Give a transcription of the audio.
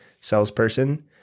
salesperson